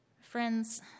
Friends